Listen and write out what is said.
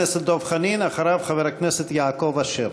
חבר הכנסת דב חנין, ואחריו, חבר הכנסת יעקב אשר,